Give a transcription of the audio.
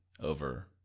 over